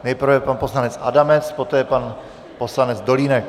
Nejprve pan poslanec Adamec, poté pan poslanec Dolínek.